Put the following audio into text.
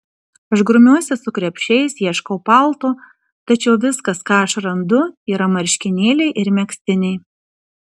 aš grumiuosi su krepšiais ieškau palto tačiau viskas ką aš randu yra marškinėliai ir megztiniai